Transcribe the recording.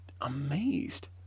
amazed